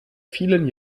vielen